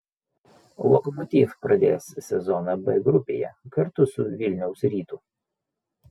lokomotiv pradės sezoną b grupėje kartu su vilniaus rytu